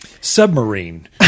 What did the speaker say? submarine